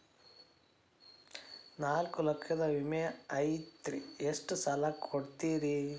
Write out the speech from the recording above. ನಾಲ್ಕು ಲಕ್ಷದ ವಿಮೆ ಐತ್ರಿ ಎಷ್ಟ ಸಾಲ ಕೊಡ್ತೇರಿ?